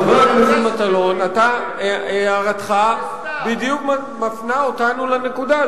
חבר הכנסת מטלון, הערתך בדיוק מפנה אותנו לנקודה.